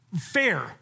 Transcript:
fair